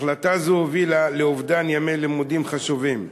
החלטה זו הובילה לאובדן ימי לימודים חשובים.